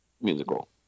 musical